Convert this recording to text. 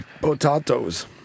Potatoes